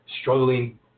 struggling